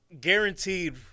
guaranteed